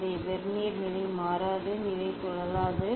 இந்த வெர்னியர் நிலை மாறாது நிலை சுழலாது